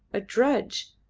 a drudge,